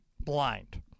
blind